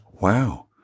wow